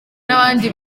n’abandi